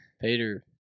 Peter